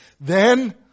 Then